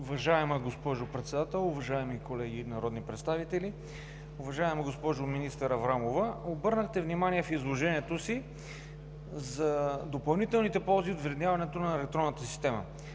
Уважаема госпожо Председател, уважаеми колеги народни представители! Уважаема госпожо министър Аврамова, обърнахте внимание в изложението си за допълнителните ползи от внедряването на електронната система.